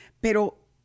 Pero